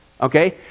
Okay